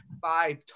five